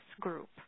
group